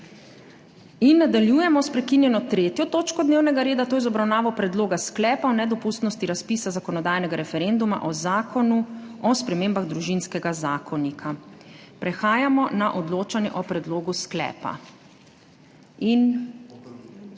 Nadaljujemo s prekinjeno 3. točko dnevnega reda, to je z obravnavo Predloga sklepa o nedopustnosti razpisa zakonodajnega referenduma o Zakonu o spremembah Družinskega zakonika. Prehajamo na odločanje o predlogu sklepa.